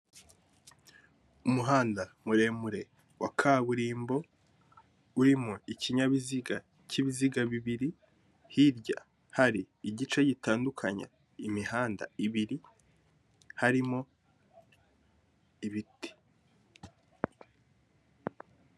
Umuhanda muremure wa kaburimbo, urimo ikinyabiziga cy'ibiziga bibiri, hirya hari igice gitandukanya imihanda ibiri harimo ibiti.